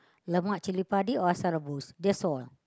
Lemak-Chili-Padi or Asam-Rebus that's all